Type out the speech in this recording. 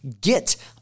get